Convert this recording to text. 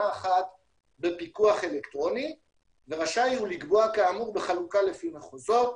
אחת בפיקוח אלקטרוני ורשאי הוא לקבוע כאמור בחלוקה לפי מחוזות.